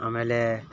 ಆಮೇಲೆ